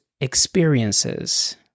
Experiences